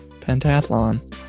pentathlon